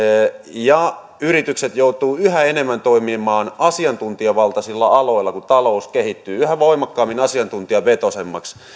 ja yritykset joutuvat yhä enemmän toimimaan asiantuntijavaltaisilla aloilla kun talous kehittyy yhä voimakkaammin asiantuntijavetoisemmaksi